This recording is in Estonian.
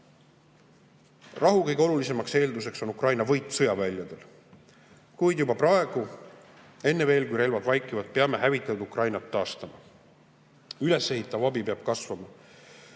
kõige olulisemaks eelduseks on Ukraina võit sõjaväljadel. Kuid juba praegu – enne veel, kui relvad vaikivad – peame hävitatud Ukrainat taastama. Ülesehitav abi peab kasvama.